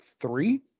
three